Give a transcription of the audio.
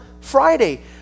Friday